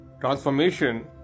transformation